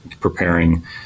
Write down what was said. preparing